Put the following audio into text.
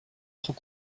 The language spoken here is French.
trop